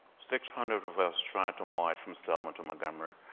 six hundred of us tried to march from selma to mont dpomry.